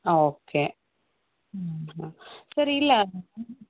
okay sir ಇಲ್ಲ